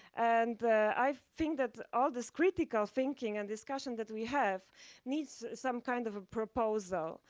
and i think that all this critical thinking and discussion that we have needs some kind of a proposal,